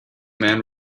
man